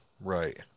Right